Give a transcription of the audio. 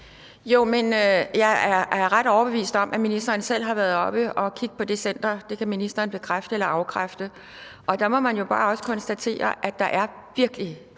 Jo, men jeg er ret overbevist om, at ministeren selv har været oppe at kigge på det center. Det kan ministeren bekræfte eller afkræfte. Og man må jo bare også konstatere, at der er virkelig